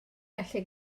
gallu